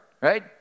right